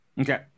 Okay